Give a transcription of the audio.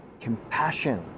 compassion